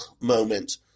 moment